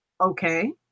okay